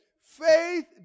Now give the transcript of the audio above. faith